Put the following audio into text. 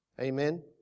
Amen